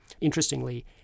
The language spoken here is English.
Interestingly